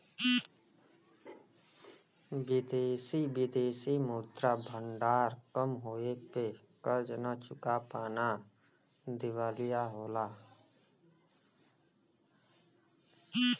विदेशी विदेशी मुद्रा भंडार कम होये पे कर्ज न चुका पाना दिवालिया होला